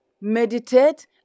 meditate